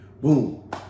Boom